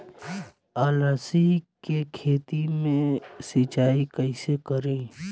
अलसी के खेती मे सिचाई कइसे करी?